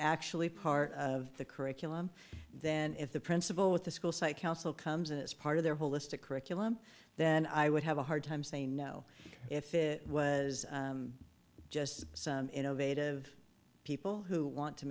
actually part of the curriculum then if the principal with the school psych housel comes as part of their holistic curriculum then i would have a hard time saying no if it was just some innovative people who want to